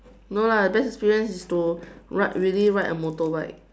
no lah best experience is to ride really ride a motorbike